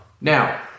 Now